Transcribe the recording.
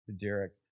Derek